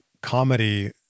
comedy